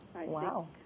Wow